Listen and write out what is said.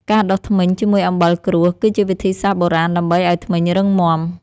ការដុសធ្មេញជាមួយអំបិលគ្រួស គឺជាវិធីសាស្ត្របុរាណដើម្បីឱ្យធ្មេញរឹងមាំ។